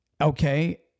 okay